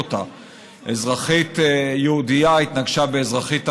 אזרחית יהודייה התנגשה באזרחית ערבייה,